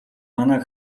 манай